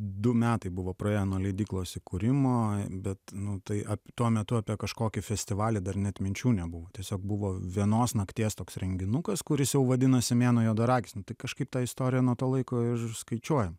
du metai buvo praėję nuo leidyklos įkūrimo bet nu tai tuo metu apie kažkokį festivalį dar net minčių nebuvo tiesiog buvo vienos nakties toks renginukas kuris jau vadinosi mėnuo juodaragis nu tai kažkaip tą istoriją nuo to laiko ir skaičiuojam